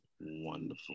Wonderful